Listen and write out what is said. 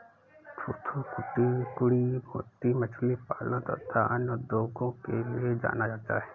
थूथूकुड़ी मोती मछली पालन तथा अन्य उद्योगों के लिए जाना जाता है